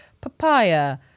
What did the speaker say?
papaya